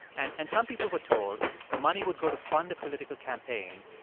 and and some people were told the money would go to fund a political campaign,